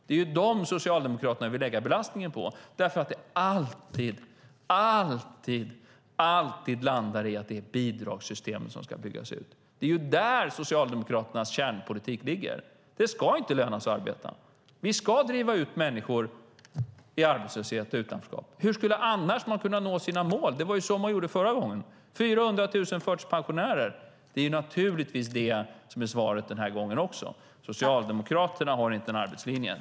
Det är dem som Socialdemokraterna vill lägga belastningen på därför att det alltid landar i att det är bidragssystemet som ska byggas ut. Där ligger Socialdemokraternas kärnpolitik. Det ska inte löna sig att arbeta. Vi ska driva ut människor i arbetslöshet och utanförskap. Hur skulle Socialdemokraterna annars kunna nå sina mål? Det var så man gjorde förra gången, vilket ledde till 400 000 förtidspensionärer. Det är naturligtvis det som är svaret den här gången också. Socialdemokraterna har inte en arbetslinje.